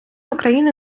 україни